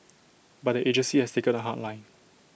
but the agency has taken A hard line